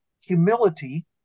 humility